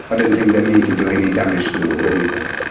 i don't think they mean to do any damage to anybody.